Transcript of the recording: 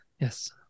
yes